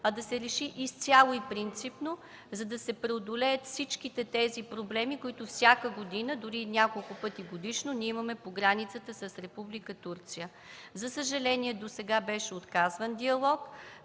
а да се реши изцяло и принципно, за да се преодолеят всичките тези проблеми, които всяка година, дори и няколко пъти годишно, ние имаме по границата с Република Турция. За съжаление досега беше отказван диалог,